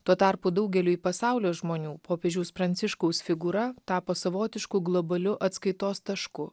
tuo tarpu daugeliui pasaulio žmonių popiežiaus pranciškaus figūra tapo savotišku globaliu atskaitos tašku